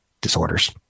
disorders